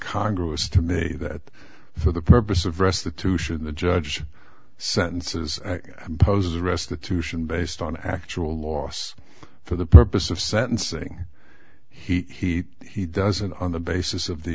congress to me that for the purpose of restitution the judge sentences imposes a restitution based on actual loss for the purpose of sentencing he he doesn't on the basis of the